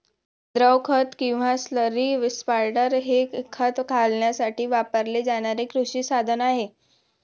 द्रव खत किंवा स्लरी स्पायडर हे खत घालण्यासाठी वापरले जाणारे कृषी साधन आहे